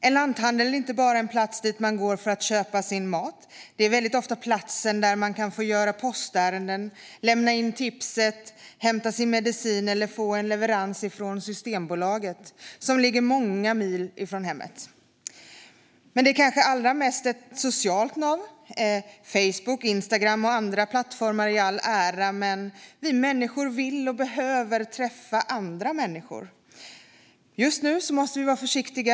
En lanthandel är inte bara en plats dit man går för att köpa sin mat; det är väldigt ofta platsen där man kan göra postärenden, lämna in tipset, hämta sin medicin eller få en leverans från Systembolaget, som ligger många mil från hemmet. Men den är kanske allra mest ett socialt nav - Facebook, Instagram och andra plattformar i all ära, men vi människor vill och behöver träffa andra människor. Just nu måste vi vara försiktiga.